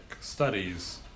studies